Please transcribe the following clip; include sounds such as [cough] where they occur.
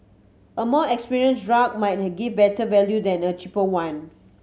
a more [unintelligible] drug might give better value than a cheaper one